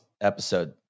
episode